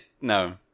no